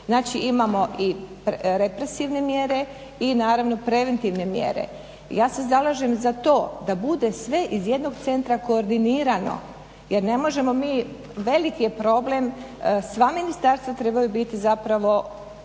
Znači imamo represivne mjere i naravno preventivne mjere. Ja se zalažem za to da bude sve iz jednog centra koordinirano jer ne možemo mi, veliki je problem, sva ministarstva trebaju biti zapravo